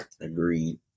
Agreed